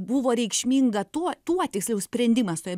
buvo reikšminga tuo tuo tiksliau sprendimas toje